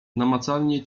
namacalnie